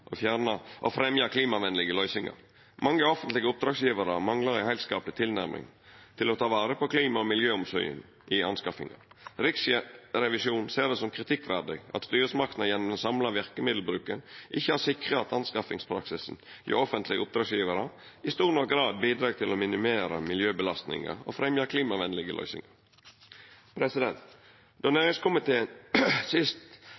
og fremja klimavenlege løysingar. Mange offentlege oppdragsgjevarar manglar ei heilskapleg tilnærming til å ta vare på klima- og miljøomsyn i anskaffingar. Riksrevisjonen ser det som kritikkverdig at styresmaktene gjennom den samla verkemiddelbruken ikkje har sikra at anskaffingspraksisen hjå offentlege oppdragsgjevarar i stor nok grad bidreg til å minimera miljøbelastinga og